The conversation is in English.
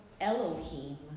Elohim